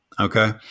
Okay